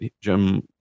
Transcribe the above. Jim